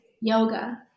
yoga